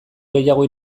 gehiago